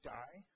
die